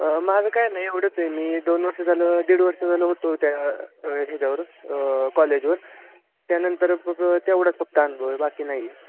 माझं काही नाही एवढंच आहे मी दोन वर्ष झालं दीड वर्ष झालं होतो त्या ह्याच्यावर कॉलेजवर त्यानंतर तेवढाच फक्त अनुभव आहे बाकी नाही आहे